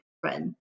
friend